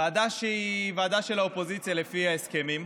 ועדה שהיא ועדה של האופוזיציה לפי ההסכמים,